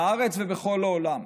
בארץ ובכל העולם.